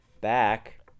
back